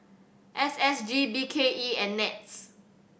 S S G B K E and NETS